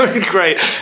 Great